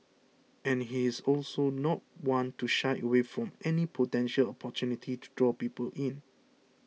and he is also not one to shy away from any potential opportunity to draw people in